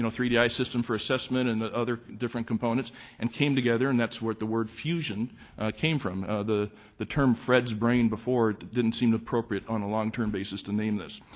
so three di system for assessment and other different components and came together and that's where the word fusion came from. the the term fred's brain before didn't seem appropriate on a long-term basis to name this.